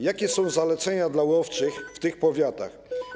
Jakie są zalecenia dla łowczych w tych powiatach?